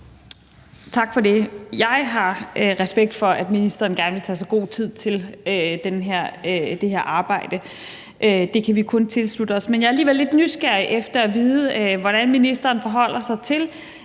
Tak for det. Jeg har respekt for, at ministeren gerne vil tage sig god tid til det her arbejde – det kan vi kun tilslutte os. Men jeg er alligevel lidt nysgerrig efter at vide, hvordan ministeren forholder sig til